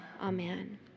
Amen